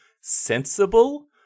sensible